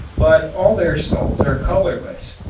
but all their salts are colorless.